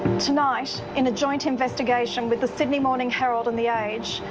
tonight, in a joint investigation with the sydney morning herald and the age,